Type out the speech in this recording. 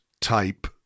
type